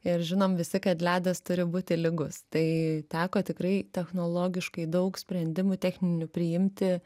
ir žinom visi kad ledas turi būti lygus tai teko tikrai technologiškai daug sprendimų techninių priimti